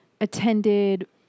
attended